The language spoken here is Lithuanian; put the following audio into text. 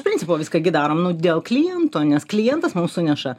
principo viską gi darom nu dėl kliento nes klientas mums suneša